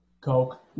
Coke